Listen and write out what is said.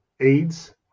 aids